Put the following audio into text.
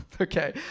Okay